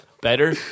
Better